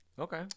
Okay